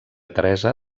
teresa